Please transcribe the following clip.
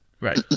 Right